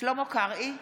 שלמה קרעי,